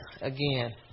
again